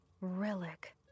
Relic